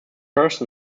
first